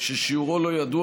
ששיעורו לא ידוע,